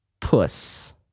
puss